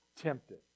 tempted